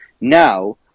Now